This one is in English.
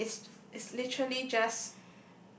and it's it's literally just